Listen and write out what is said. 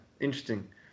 interesting